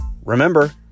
Remember